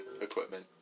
equipment